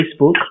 Facebook